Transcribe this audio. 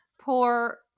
poor